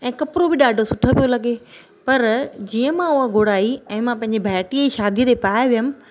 ऐं कपिड़ो बि ॾाढो सुठो पियो लॻे पर जीअं मां उहा घुराई ऐं मां पंहिंजी भाइटीअ जी शादीअ ते पाहे वियमि